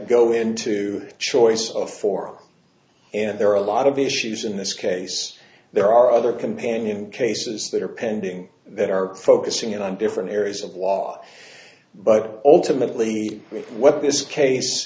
go into the choice of four and there are a lot of issues in this case there are other companion cases that are pending that are focusing in on different areas of law but ultimately what this case